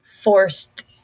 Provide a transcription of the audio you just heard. forced